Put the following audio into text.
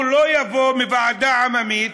הוא לא יבוא מוועדה עממית,